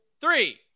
three